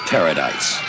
Paradise